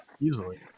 Easily